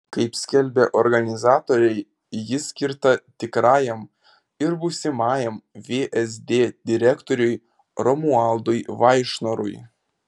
kaip skelbia organizatoriai ji skirta tikrajam ir būsimajam vsd direktoriui romualdui vaišnorui